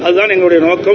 அதுகான் எங்களுடைய நோக்கம்